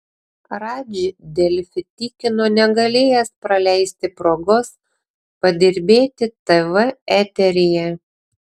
radži delfi tikino negalėjęs praleisti progos padirbėti tv eteryje